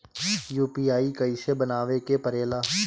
UPI कइसे बनावे के परेला?